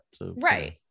Right